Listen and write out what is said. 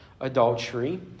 adultery